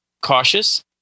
cautious